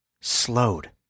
slowed